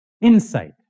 insight